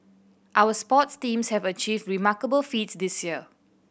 our sports teams have achieved remarkable feats this year